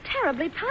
terribly